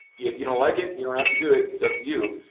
if you don't like it, you don't have to do it. it's up to you.